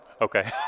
Okay